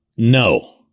No